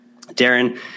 Darren